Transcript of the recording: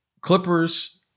Clippers